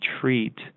treat